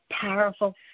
powerful